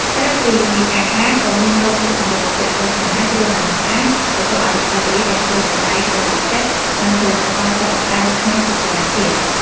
ក្រៅពីអាហារ ក៏មានតូបលក់សម្លៀកបំពាក់ទាន់សម័យ គ្រឿងអលង្ការ វត្ថុអនុស្សាវរីយ៍ដែលធ្វើដោយដៃដ៏វិចិត្រ និងផលិតផលសិប្បកម្មខ្មែរជាច្រើនទៀត។